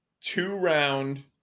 two-round